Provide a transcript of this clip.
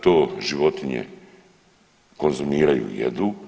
To životinje konzumiraju, jedu.